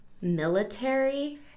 military